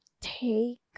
take